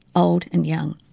old and young.